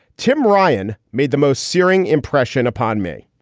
tim ryan made the most searing impression upon me.